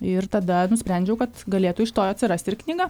ir tada nusprendžiau kad galėtų iš to atsirasti ir knyga